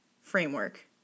framework